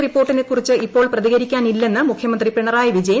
റിപ്പോർട്ടിനെക്കുറിച്ച് ഇപ്പോൾ പ്രതികരിക്കാനില്ലെന്ന് മുഖ്യമന്ത്രി പിണറായി വിജയൻ